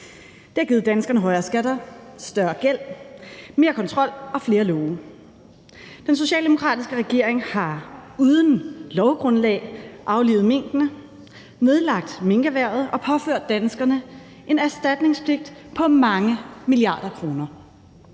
Det har givet danskerne højere skatter, større gæld, mere kontrol og flere love. Den socialdemokratiske regering har uden lovgrundlag aflivet minkene, nedlagt minkerhvervet og påført danskerne en erstatningspligt på mange milliarder kroner.